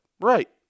Right